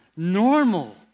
normal